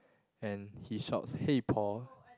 and he shouts hey Paul